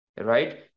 right